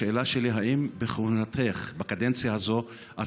השאלה שלי: האם בכהונתך בקדנציה הזאת את